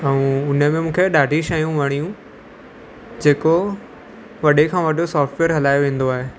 ऐं हुनमें मूंखे ॾाढी शयूं वणियूं जेको वॾे खां वॾो सॉफ्टवेअर हलाए वेंदो आहे